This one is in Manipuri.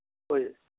ꯍꯣꯏ